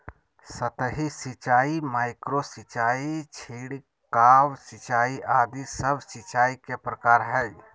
सतही सिंचाई, माइक्रो सिंचाई, छिड़काव सिंचाई आदि सब सिंचाई के प्रकार हय